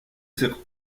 serre